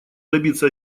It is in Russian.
добиться